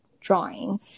drawing